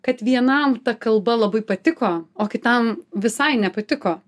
kad vienam ta kalba labai patiko o kitam visai nepatiko